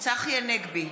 צחי הנגבי,